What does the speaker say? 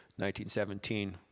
1917